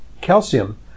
calcium